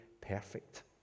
perfect